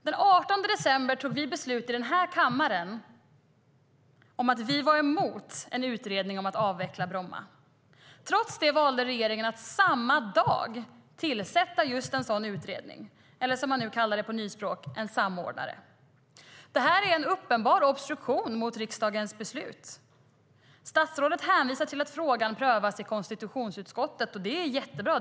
Den 18 december tog vi beslut i denna kammare att vi var emot en utredning om att avveckla Bromma. Trots det valde regeringen att samma dag tillsätta just en sådan utredning - eller som man kallar det på nyspråk: en samordnare. Det är en uppenbar obstruktion mot riksdagens beslut. Statsrådet hänvisar till att frågan prövas i konstitutionsutskottet. Det är jättebra.